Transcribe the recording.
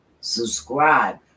Subscribe